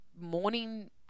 morning